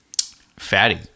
fatty